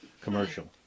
Commercial